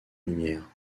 lumière